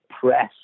press